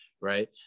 right